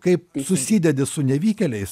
kai susidedi su nevykėliais